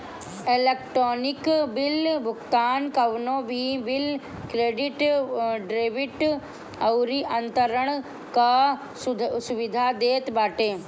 electronic bill भुगतान कवनो भी बिल, क्रेडिट, डेबिट अउरी अंतरण कअ सुविधा देत बाटे